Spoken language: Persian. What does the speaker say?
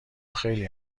خیلی